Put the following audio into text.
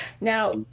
now